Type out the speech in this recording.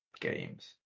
games